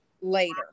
later